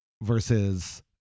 versus